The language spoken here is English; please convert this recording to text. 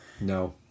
No